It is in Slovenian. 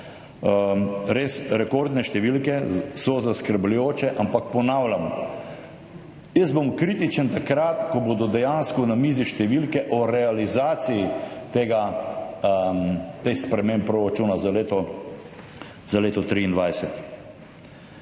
Res rekordne številke, so zaskrbljujoče, ampak ponavljam, jaz bom kritičen, takrat ko bodo dejansko na mizi številke o realizaciji teh sprememb proračuna za leto 2023.